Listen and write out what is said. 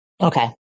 Okay